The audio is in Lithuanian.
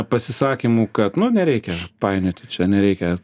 pasisakymų kad nu nereikia painioti čia nereikia